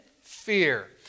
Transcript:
fear